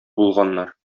булганнар